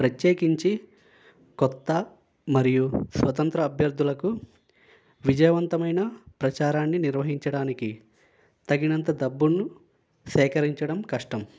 ప్రత్యేకించి కొత్త మరియు స్వతంత్ర అభ్యర్థులకు విజయవంతమైన ప్రచారాన్ని నిర్వహించడానికి తగినంత డబ్బును సేకరించడం కష్టం